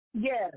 Yes